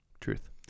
truth